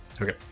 Okay